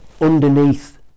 underneath